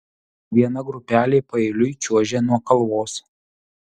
viena grupelė paeiliui čiuožė nuo kalvos